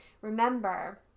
Remember